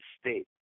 state